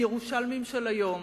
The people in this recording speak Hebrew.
הירושלמים של היום,